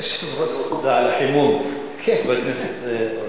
תודה על החימום, חברת הכנסת.